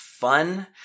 fun